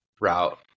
route